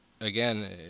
again